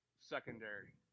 secondary